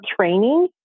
training